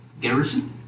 Garrison